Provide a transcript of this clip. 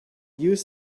use